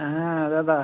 হ্যাঁ হ্যাঁ দাদা